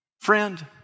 Friend